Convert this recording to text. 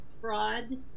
fraud